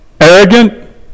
arrogant